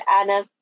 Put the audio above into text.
Anna